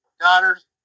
daughters